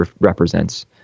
represents